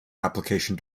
application